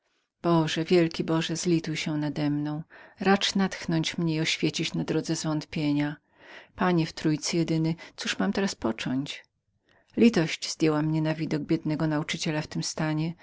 boże wielki boże zlituj się nademną racz natchnąć mnie i oświecić na drodze zwątpienia panie w trójcy jedyny cóż mam teraz począć litość zdjęła mnie na widok biednego nauczyciela w tym stanie